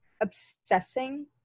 obsessing